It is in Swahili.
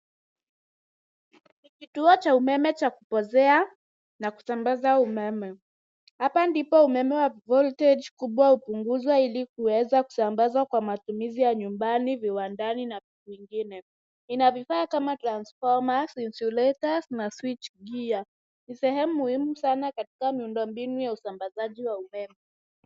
Ni kituo cha umeme cha kupozea na kusambaza umeme. Hapa ndipo umeme wa voltage kubwa hupunguzwa ili kuweza kusambazwa kwa matumizi ya nyumbani, viwandani na kwingine. Ina vifaa kama transfoma, sensulators na switch gear .Ni sehemu muhimu sana katika miundombinu ya usambazaji wa umeme.